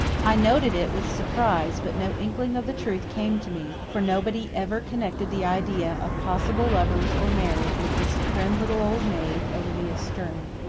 i noted it, with surprise, but no inkling of the truth came to me for nobody ever connected the idea of possible lovers or marriage with this prim little old maid, olivia sterling.